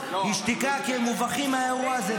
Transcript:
היא שתיקה כי הם מובכים מהאירוע הזה,